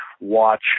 watch